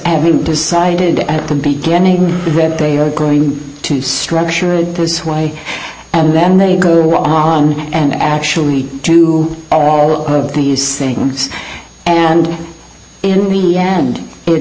we decided at the beginning that they are going to structure it this way and then they go on and actually do all of these things and in the end it